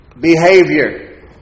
behavior